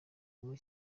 muri